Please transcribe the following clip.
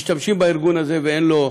משתמשים בארגון הזה, ואין לו,